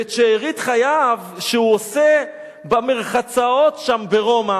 ואת שארית חייו, שהוא עושה במרחצאות שם ברומא